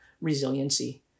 resiliency